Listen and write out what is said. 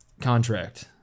contract